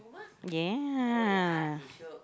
ya